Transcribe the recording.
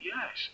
Yes